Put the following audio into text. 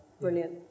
Brilliant